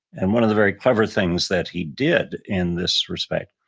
and one of the very clever things that he did in this respect,